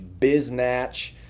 biznatch